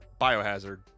Biohazard